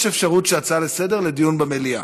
יש אפשרות של העברת הצעה לסדר-היום לדיון במליאה,